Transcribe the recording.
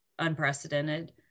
unprecedented